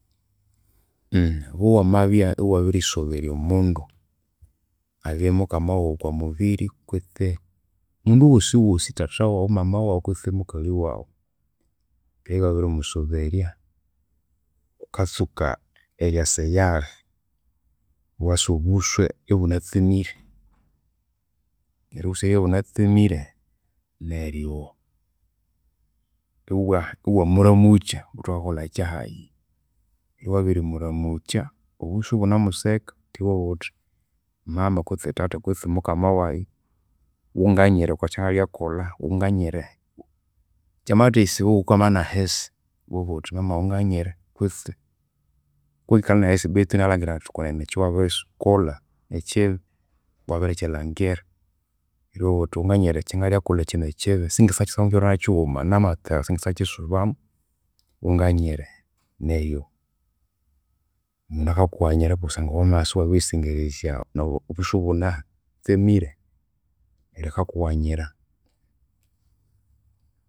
Obo wamabya iwabirisoberya omundu, abye mukama waghu okwamubiri kwitsi omundu ghosighosi thatha waghu, mama waghu kwitsi mukali waghu keghe iwabirimusoberya. Ghukatsuka eryasa eyali, iwasa obusu ibunatsemire. Neryo obusu bwabiribya ibunatsemire, neryo iwa- iwamuramukya ghuthe wakolha kyahayi. Ghukibya wabirimuramukya obusu ibunamuseka, iwabugha ghuthi mama kwihi thatha kwitsi mukama wayi ghunganyire okwakyangalyakolha ghunganyire. Kyamayithayisibwa iwakukama nahisi iwabugha ghuthi mama ghunganyire. Kwitsi kuwangaghana erikukama nahisi betu inalhangira athi kwenen ekwawabirikolha ekyibi, wabirikyilhangira. Neru iwabugha ghuthi ghunganyire ekyangalyakolha kyino ekyibi singendisasakyisubamu ekyiro nakyighuma namatsira singendisasa kyisubamu, ghunganyire. Neryo omundu akakughanyira kusangwa wamasa iwabiriyisengerezya obusu ibunatsemire, neryo akakughanyira.